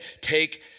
take